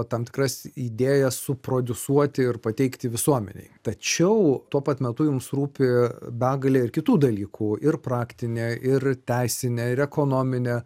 tam tikras idėjas suprodiusuoti ir pateikti visuomenei tačiau tuo pat metu jums rūpi begalė ir kitų dalykų ir praktinė ir teisinė ir ekonominė